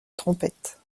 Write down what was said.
trompette